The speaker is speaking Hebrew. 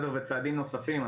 וצעדים נוספים,